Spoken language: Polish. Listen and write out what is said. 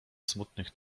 smutnych